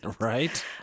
Right